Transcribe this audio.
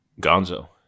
Gonzo